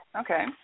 Okay